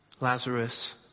Lazarus